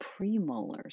premolars